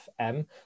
fm